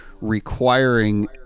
requiring